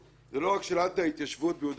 זה לא רק שאלת ההתיישבות ביהודה ושומרון,